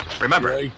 Remember